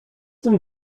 tym